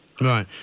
Right